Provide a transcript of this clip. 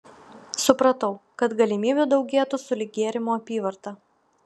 supratau kad galimybių daugėtų sulig gėrimų apyvarta